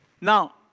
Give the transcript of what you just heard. Now